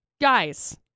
Guys